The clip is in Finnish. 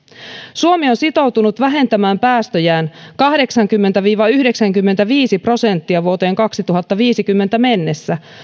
suomi on sitoutunut vähentämään päästöjään kahdeksankymmentä viiva yhdeksänkymmentäviisi prosenttia vuoteen kaksituhattaviisikymmentä mennessä